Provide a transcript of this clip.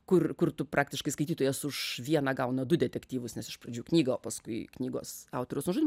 kur kur tu praktiškai skaitytojas už vieną gauna du detektyvus nes iš pradžių knygą o paskui knygos autoriaus nužudymą